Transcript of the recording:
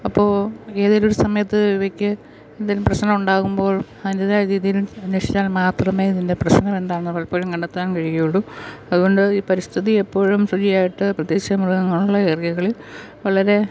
അപ്പോൾ ഏതൊര് സമയത്ത് ഇവയ്ക്ക് എന്തേലും പ്രശ്നം ഉണ്ടാകുമ്പോൾ അതിൻ്റെതായ രീതിയിൽ അന്വേഷിച്ചാൽ മാത്രമേ ഇതിൻ്റെ പ്രശ്നമെന്താണെന്ന് പലപ്പോഴും കണ്ടെത്താൻ കഴിയുക ഉള്ളു അത്കൊണ്ട് ഈ പരിഥിതി എപ്പോഴും ഫ്രീ ആയിട്ട് പ്രത്യേകിച്ച് മൃഗങ്ങൾ ഉള്ള ഏരിയകളിൽ വളരെ